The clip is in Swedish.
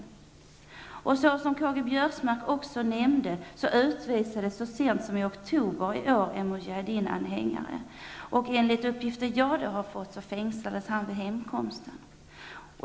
Som Karl-Göran Biörsmark nämnde utvisades så sent som i oktober i år en Mujaheddinanhängare. Och enligt uppgifter som jag har fått fängslades han vid hemkomsten.